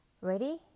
Ready